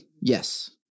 yes